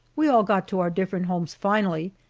we all got to our different homes finally,